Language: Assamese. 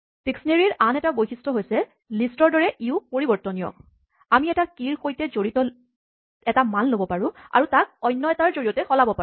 ডিস্কনেৰীঅভিধানৰ আন এটা বৈশিষ্ঠ হৈছে লিষ্টৰ দৰেই ইয়ো পৰিবৰ্তনীয় আমি এটা কীচাবিৰ সৈতে জড়িত এটা মান ল'ব পাৰো আৰু তাক অন্য এটাৰ জৰিয়তে সলাব পাৰো